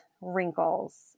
wrinkles